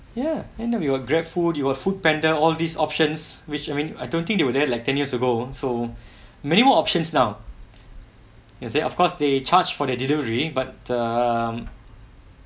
ya end up we were grateful you have foodpanda all these options which I mean I don't think they were there like ten years ago so many more options now you see of course they charged for their delivery but um